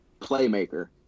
Playmaker